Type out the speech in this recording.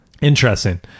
Interesting